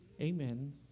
Amen